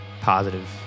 positive